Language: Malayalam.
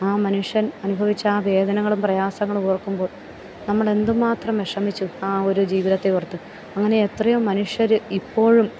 ആ മനുഷ്യൻ അനുഭവിച്ച ആ വേദനകളും പ്രയാസങ്ങളും ഓർക്കുമ്പോൾ നമ്മൾ എന്തുമാത്രം വിഷമിച്ചു ആ ഒരു ജീവിതത്തെ ഓർത്ത് അങ്ങനെ എത്രയോ മനുഷ്യർ ഇപ്പോഴും